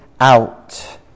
out